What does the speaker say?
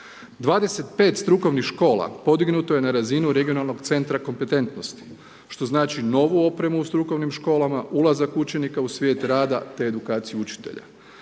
25 strukovnih škola podignuto je na razinu regionalnog centra kompetentnosti, što znači novu opremu u strukovnim školama, ulazak učenika u svijet rada te edukaciju učitelja.